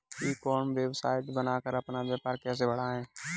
ई commerce website बनाकर अपना व्यापार कैसे बढ़ाएँ?